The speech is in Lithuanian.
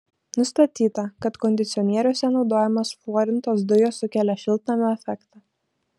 nustatyta kad kondicionieriuose naudojamos fluorintos dujos sukelia šiltnamio efektą